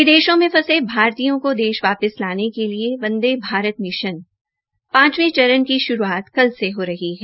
विदेशों में फंसे भारतीयों को देश वापिस लाने के लिए वंदे भारत मिशन की पांचवे चरण की शुरूआत कल से हो रही है